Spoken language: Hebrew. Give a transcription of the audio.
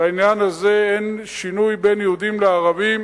בעניין הזה אין שוני בין יהודים לערבים,